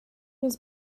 was